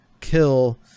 kill